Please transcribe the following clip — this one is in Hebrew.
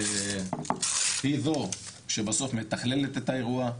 היא זו שבסוף מתכללת את האירוע,